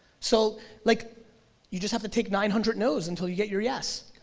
so like you just have to take nine hundred no's until you get your yes.